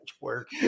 work